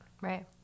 right